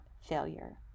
failure